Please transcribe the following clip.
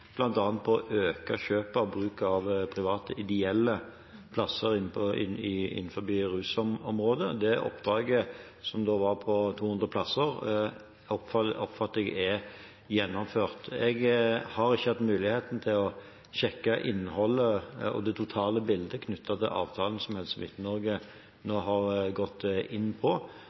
å øke bruken av private ideelle plasser innenfor rusområdet. Det oppdraget, som da var på 200 plasser, oppfatter jeg er gjennomført. Jeg har ikke hatt muligheten til å sjekke innholdet og det totale bildet knyttet til avtalen som Helse Midt-Norge nå har gått inn på,